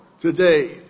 today